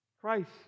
Christ